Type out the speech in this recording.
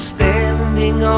Standing